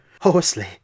hoarsely